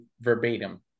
verbatim